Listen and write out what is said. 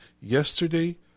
yesterday